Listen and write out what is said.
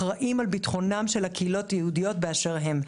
אחראים על ביטחונן של הקהילות היהודיות באשר הן.